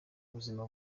ubuzima